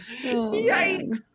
Yikes